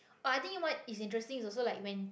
I think what is interesting is also like when